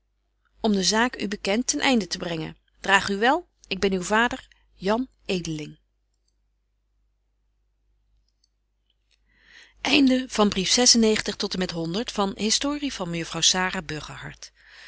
om de zaak u bekent ten einde te brengen draag u wel ik ben uw vader betje wolff en aagje deken historie van